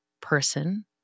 person